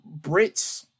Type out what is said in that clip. Brits